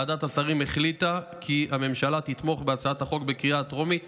ועדת השרים החליטה כי הממשלה תתמוך בהצעת החוק בקריאה הטרומית